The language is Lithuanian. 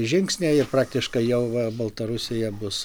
žingsniai ir praktiškai jau va baltarusija bus